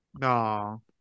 No